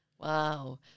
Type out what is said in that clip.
Wow